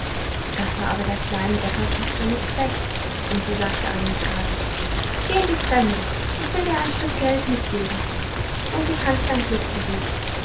das war aber der kleinen bäckertochter nicht recht und sie sagte eines tages geh in die fremde ich werde dir ein stück geld mitgeben und du kannst dein glück versuchen